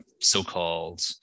so-called